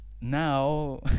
now